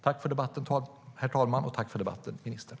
Tack för debatten, herr talman! Tack för debatten, ministern!